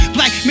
Black